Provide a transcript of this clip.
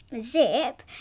zip